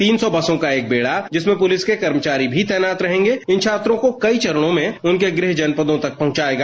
तीन सौ बसों का एक बेड़ा जिसमें पुलिस के कर्मचारी भी तैनात रहेंगे इन छात्रों को कई चरणों में उनके गृह जनपदों तक पहुंचाएगा